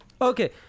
Okay